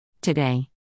Today